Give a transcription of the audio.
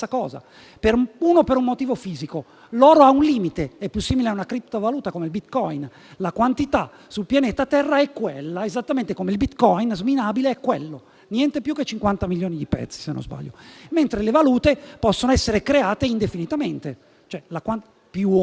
per un motivo fisico: l'oro ha un limite, è più simile a una criptovaluta come il bitcoin; la quantità sul pianeta terra è quella, esattamente come il bitcoin ad esso assimilabile (niente più che 50 milioni di pezzi, se non sbaglio). Le valute invece possono essere create più o meno